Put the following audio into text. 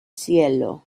cielo